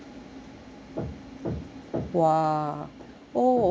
!wah! oh okay